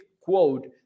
quote